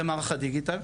זה מערך הדיגיטל,